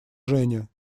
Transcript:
женя